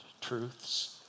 truths